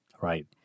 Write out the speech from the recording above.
Right